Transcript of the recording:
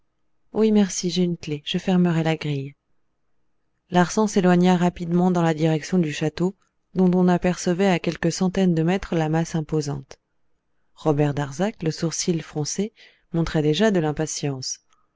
oui merci j'ai une clef je fermerai la grille larsan s'éloigna rapidement dans la direction du château dont on apercevait à quelques centaines de mètres la masse imposante robert darzac le sourcil froncé montrait déjà de l'impatience